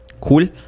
Cool